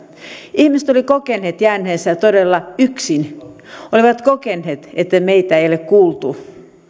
ihmiset olivat kokeneet jääneensä todella yksin olivat kokeneet että meitä ei ole kuultu